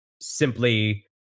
simply